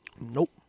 Nope